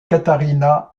catarina